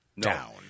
down